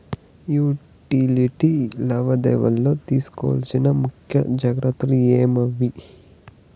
Utility లావాదేవీల లో తీసుకోవాల్సిన ముఖ్య జాగ్రత్తలు ఏమేమి?